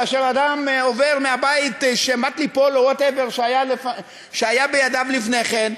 כאשר אדם עובר מבית שמט ליפול או whatever שהיה בידיו לפני כן,